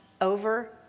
Over